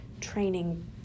training